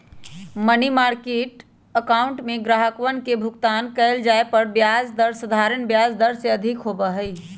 money market account में ग्राहकवन के भुगतान कइल जाये पर ब्याज दर साधारण ब्याज दर से अधिक होबा हई